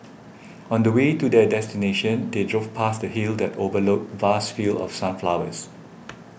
on the way to their destination they drove past a hill that overlooked vast fields of sunflowers